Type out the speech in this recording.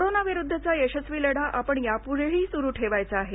कोरोनाविरुद्धचा यशस्वी लढा आपण यापुढेही सुरु ठेवायचा आहे